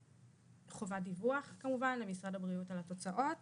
חובת דיווח כמובן למשרד הבריאות על התוצאות